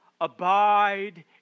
abide